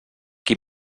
qui